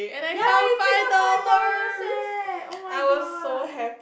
ya you picked up five dollars eh oh-my-god